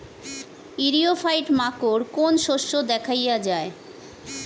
ইরিও ফাইট মাকোর কোন শস্য দেখাইয়া যায়?